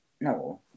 No